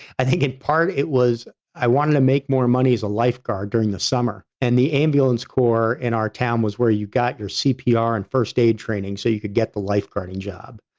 i think in part it was i wanted to make more money as a lifeguard during the summer and the ambulance corps in our town was where you got your cpr and first aid training so you could get the lifeguarding job.